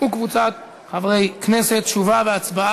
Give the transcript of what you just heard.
חברת הכנסת רויטל